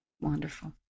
wonderful